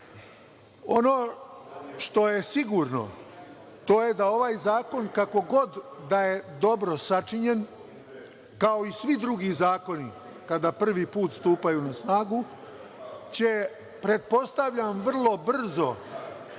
što je sigurno, to je da ovaj zakon, kako god da je dobro sačinjen, kao i svi drugi zakoni kada prvi put stupaju na snagu, će, pretpostavljam, vrlo brzo,